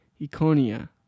Iconia